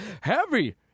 Heavy